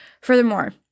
Furthermore